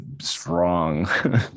strong